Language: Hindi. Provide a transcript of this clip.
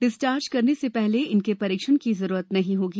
डिस्चार्ज करने से पहले इनके परीक्षण की जरूरत नहीं होगी